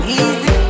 easy